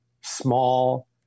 small